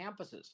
campuses